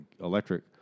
electric